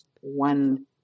one